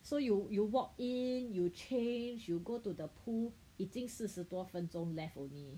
so you you walk in you change you go to the pool 已经四十多分钟 left only